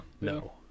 no